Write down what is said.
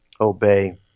obey